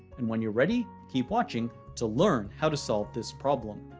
and when you're ready, keep watching to learn how to solve this problem.